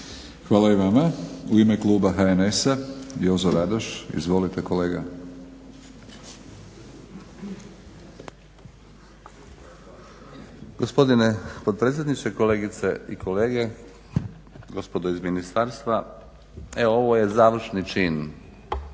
Hvala i vama. U ime kluba HNS-a Jozo Radoš. Izvolite kolega. **Radoš, Jozo (HNS)** Gospodine potpredsjedniče, kolegice i kolege, gospodo iz ministarstva. Evo ovo je završni čin